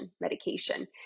medication